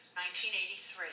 1983